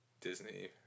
Disney